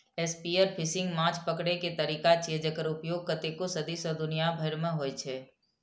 spearfishing माछ पकड़ै के तरीका छियै, जेकर उपयोग कतेको सदी सं दुनिया भरि मे होइ छै